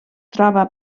troba